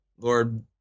Lord